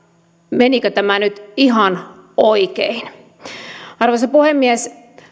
menikö tämä nyt ihan oikein arvoisa puhemies